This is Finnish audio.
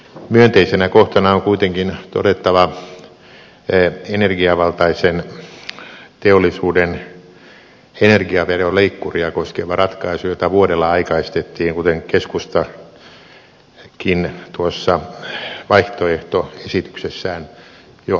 myönteisenä kohtana on kuitenkin todettava energiavaltaisen teollisuuden energiaveroleikkuria koskeva ratkaisu jota aikaistettiin vuodella kuten keskustakin tuossa vaihtoehtoesityksessään jo alkusyksystä esitti